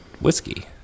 whiskey